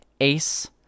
ace